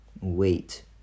Wait